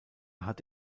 hat